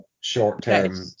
short-term